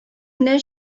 генә